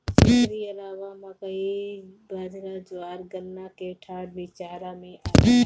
एकरी अलावा मकई, बजरा, ज्वार, गन्ना के डाठ भी चारा में आवेला